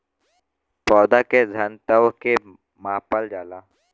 पौधा के घनत्व के मापल जाला